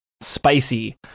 Spicy